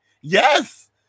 yes